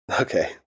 Okay